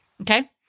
Okay